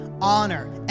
honor